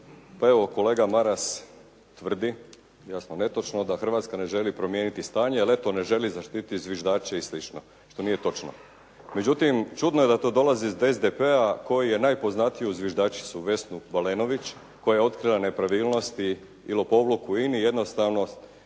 Pa evo kolega Maras tvrdi, jasno netočno da Hrvatska ne želi promijeniti stanje, ali eto ne želi zaštiti zviždače i slično, što nije točno. Međutim, čudno je da to dolazi iz SDP-a koji je najpoznatiji uz zviždačicu Vesnu Balenović koja je otkrila nepravilnosti i lopovluk u INA-i jednostavno